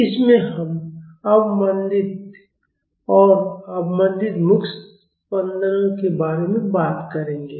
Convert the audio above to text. इसमें हम अवमंदित और अवमंदित मुक्त स्पंदनों के बारे में बात करेंगे